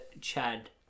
Chad